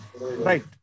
Right